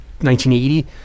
1980